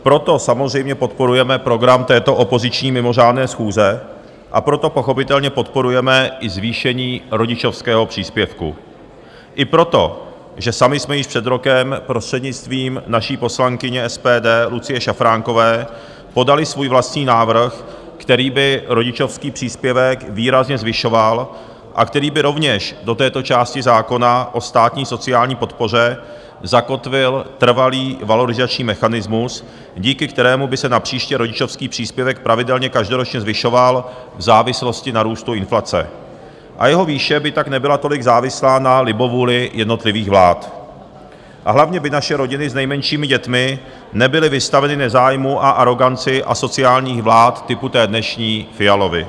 Proto samozřejmě podporujeme program této opoziční mimořádné schůze a proto pochopitelně podporujeme i zvýšení rodičovského příspěvku, i proto, že sami jsme již před rokem prostřednictvím naší poslankyně SPD Lucie Šafránkové podali svůj vlastní návrh, který by rodičovský příspěvek výrazně zvyšoval a který by rovněž do této části zákona o státní sociální podpoře zakotvil trvalý valorizační mechanismus, díky kterému by se napříště rodičovský příspěvek pravidelně každoročně zvyšoval v závislosti na růstu inflace a jeho výše by tak nebyla tolik závislá na libovůli jednotlivých vlád, a hlavně by naše rodiny s nejmenšími dětmi nebyly vystaveny nezájmu a aroganci asociálních vlád typu té dnešní Fialovy.